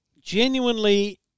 genuinely